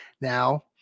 now